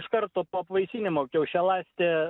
iš karto po apvaisinimo kiaušialąstė